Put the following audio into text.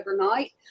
overnight